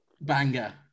banger